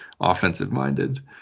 offensive-minded